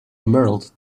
emerald